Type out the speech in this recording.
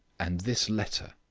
and this letter,